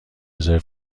رزرو